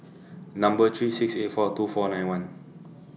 Number three six eight four two four nine one